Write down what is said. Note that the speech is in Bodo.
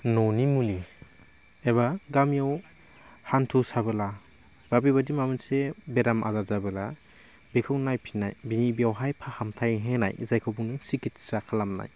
न'नि मुलि एबा गामियाव हान्थु साबोला बा बेबायदि माबा मोनसे बेराम आजार जाबोला बेखौ नायफिननाय बिनि बेवहाय फाहामथाइ होनाय जायखौ बुङो सिकिटसा खालामनाय